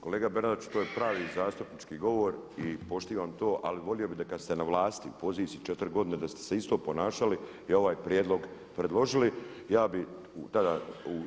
Kolega Bernardiću to je pravi zastupnički govor i poštivam to, ali volio bi da kada ste na vlasti u poziciji četiri godine da ste se isto ponašali i ovaj prijedlog predložili ja bi tada